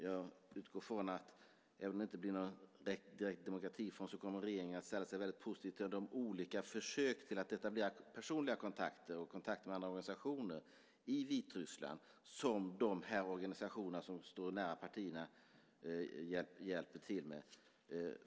Jag utgår från att regeringen, även om det inte direkt blir en demokratifond, kommer att ställa sig väldigt positiv till de olika försök att etablera personliga kontakter och kontakter med andra organisationer i Vitryssland som de organisationer som står nära partierna hjälper till med.